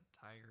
Tiger